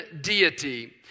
deity